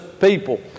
people